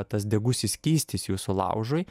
tas degusis skystis jūsų laužui